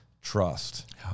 trust